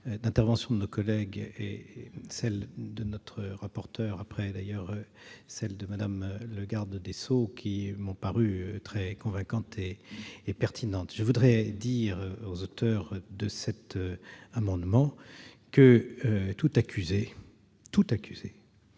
d'interventions de nos collègues, de notre rapporteur et de Mme la garde des sceaux, qui m'ont paru très convaincantes et pertinentes. Je voudrais dire aux auteurs de cet amendement que tout accusé est présumé